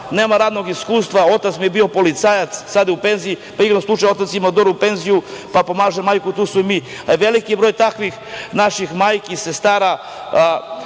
Nema radnog iskustva. Otac mi je bio policajac, sada je u penziji, pa igrom slučaja otac ima dobru penziju, pa pomaže i majku, a tu smo i mi. Veliki je broj takvih naših majki i sestara.